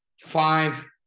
five